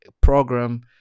program